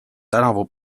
tänavu